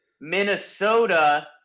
minnesota